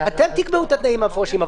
אתם תקבעו את התנאים המפורשים,